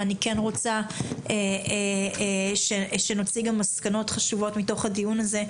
ואני רוצה שנוציא גם מסקנות חשובות מתוך הדיון הזה,